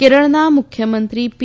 કેરળના મુખ્યમંત્રી પી